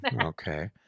okay